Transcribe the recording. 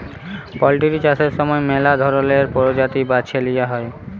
poultry চাষের সময় ম্যালা ধরলের পরজাতি বাছে লিঁয়া হ্যয়